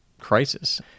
crisis